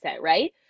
right